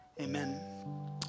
Amen